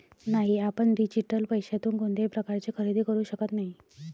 नाही, आपण डिजिटल पैशातून कोणत्याही प्रकारचे खरेदी करू शकत नाही